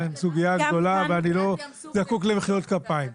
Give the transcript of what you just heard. הסוגיה גדולה ואני לא זקוק למחיקות כפיים.